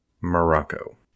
Morocco